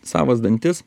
savas dantis